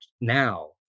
now